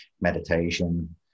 meditation